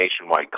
nationwide